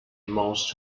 most